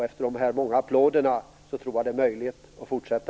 Efter de här applåderna tror jag att det är möjligt att fortsätta.